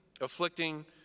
afflicting